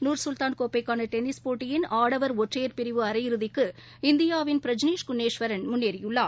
Noor Sultan கோப்பைக்கான tennis போட்டியின் ஆடவர் ஒற்றையர் பிரிவு அரையிறுதிக்கு இந்தியாவின் பிரஜ்னேஷ் குணேஸ்வரன் முன்னேறியுள்ளார்